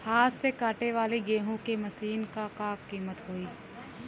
हाथ से कांटेवाली गेहूँ के मशीन क का कीमत होई?